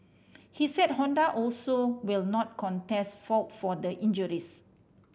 he said Honda also will not contest fault for the injuries